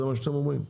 זה מה שאתם אומרים?